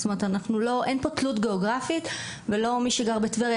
אין פה תלות גאוגרפית ולא מי שגר בטבריה,